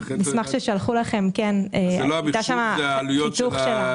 אני מחדש את הישיבה.